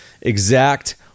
exact